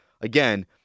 again